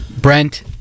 Brent